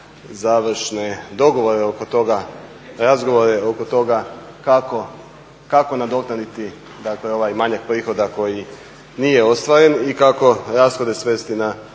završne dogovore oko toga, razgovore oko toga kako nadoknaditi ovaj manjak prihoda koji nije ostvaren i kako rashode svesti na